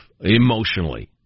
emotionally